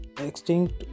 extinct